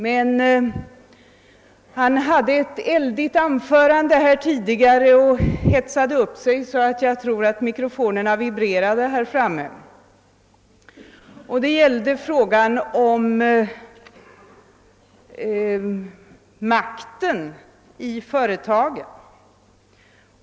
Han höll tidigare ett eldigt anförande och hetsade upp sig så att mikrofonerna vibrerade. Han talade om makten i företagen.